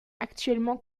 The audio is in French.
actuellement